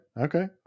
okay